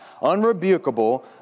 unrebukable